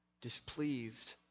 displeased